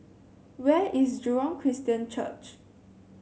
where is Jurong Christian Church